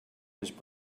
his